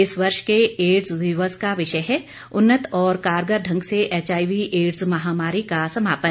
इस वर्ष के एड्स दिवस का विषय है उन्नत और कारगर ढंग से एचआईवी एड्स महामारी का समापन